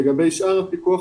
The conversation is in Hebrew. לגבי שאר הפיקוח,